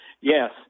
Yes